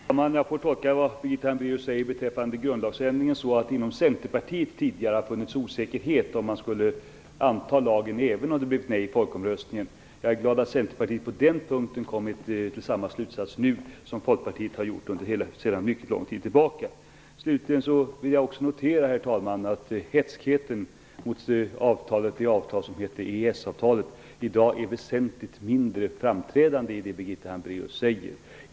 Herr talman! Jag får tolka det Birgitta Hambraeus säger beträffande grundlagsändringen så, att det inom Centerpartiet tidigare funnits osäkerhet om man skulle anta lagen även om det blev ett nej i folkomröstningen. Jag är glad att Centerpartiet på den punkten nu kommit till den slutsats som Folkpartiet kom till för länge sedan. Slutligen noterar jag, herr talman, att hätskheten mot EES-avtalet i dag är väsentligt mindre framträdande i det Birgitta Hambraeus säger.